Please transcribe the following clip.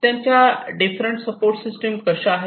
त्यांच्या different support system कशा आहेत